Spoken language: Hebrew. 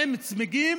מצמיגים